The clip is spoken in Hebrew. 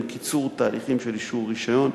עם קיצור תהליכים של אישור רשיון.